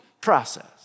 process